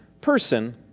person